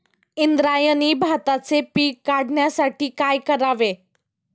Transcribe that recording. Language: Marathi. इंद्रायणी भाताचे पीक वाढण्यासाठी काय करावे?